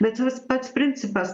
bet vat pats principas